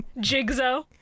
Jigsaw